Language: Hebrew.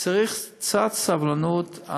צריך קצת סבלנות.